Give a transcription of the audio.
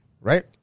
Right